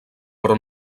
però